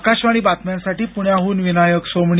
आकाशवाणी बातम्यांसाठी पुण्याहून विनायक सोमणी